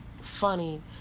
Funny